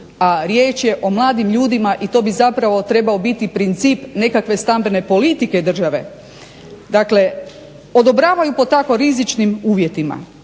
a riječ je o mladim ljudima i to bi zapravo trebao biti princip nekakve stambene politike države, dakle odobravaju po tako rizičnim uvjetima,